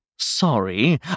Sorry